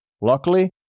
Luckily